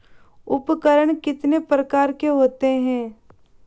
उपकरण कितने प्रकार के होते हैं?